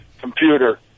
computer